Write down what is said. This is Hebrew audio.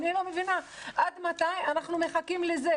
אני לא מבינה עד מתי אנחנו מחכים לזה.